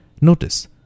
Notice